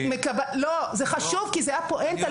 לא, זה חשוב כי זו הפואנטה.